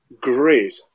great